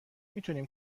میتونیم